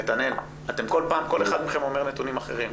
נתנאל, כל פעם כל אחד מכם אומר נתונים אחרים.